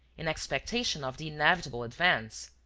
in expectation of the inevitable advance.